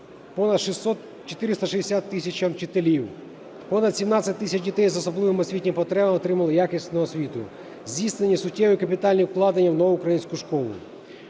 понад 460 тисячам вчителів. Понад 17 тисяч дітей з особливими освітніми потребами отримали якісну освіту. Здійснені суттєві капітальні вкладення в "Нову українську школу".